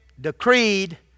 decreed